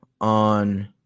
on